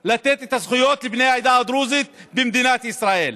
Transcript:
לתת את הזכויות לבני העדה הדרוזית במדינת ישראל.